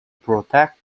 protect